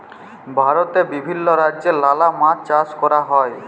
ভারতে বিভিল্য রাজ্যে লালা মাছ চাষ ক্যরা হ্যয়